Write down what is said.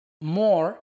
more